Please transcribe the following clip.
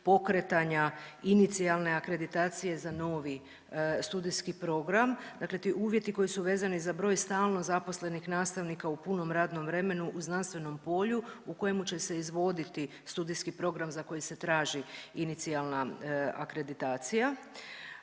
pokretanja inicijalne akreditacije za novi studijski program, dakle ti uvjeti koji su vezani za broj stalno zaposlenih nastavnika u punom radnom vremenu u znanstvenom polju u kojemu će se izvoditi studijski program za koji se traži inicijalna akreditacija.